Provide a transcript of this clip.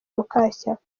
mukashyaka